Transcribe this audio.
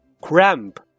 cramp